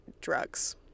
drugs